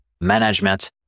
management